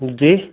जी